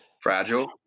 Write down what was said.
fragile